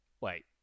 wait